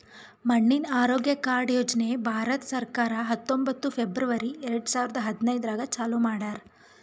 ಮಣ್ಣಿನ ಆರೋಗ್ಯ ಕಾರ್ಡ್ ಯೋಜನೆ ಭಾರತ ಸರ್ಕಾರ ಹತ್ತೊಂಬತ್ತು ಫೆಬ್ರವರಿ ಎರಡು ಸಾವಿರ ಹದಿನೈದರಾಗ್ ಚಾಲೂ ಮಾಡ್ಯಾರ್